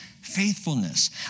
faithfulness